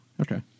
Okay